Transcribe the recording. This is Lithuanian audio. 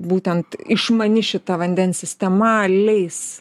būtent išmani šita vandens sistema leis